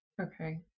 Okay